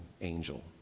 angel